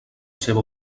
seua